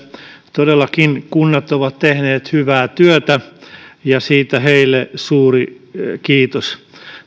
todellakin kunnat ovat tehneet hyvää työtä ja siitä heille suuri kiitos